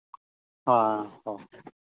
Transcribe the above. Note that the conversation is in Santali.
ᱦᱚᱸ